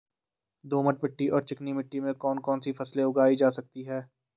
दोमट मिट्टी और चिकनी मिट्टी में कौन कौन सी फसलें उगाई जा सकती हैं?